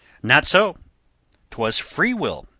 not so twas free will,